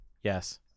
Yes